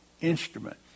instrument